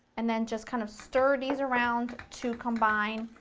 and then just kind of stir these around to combine,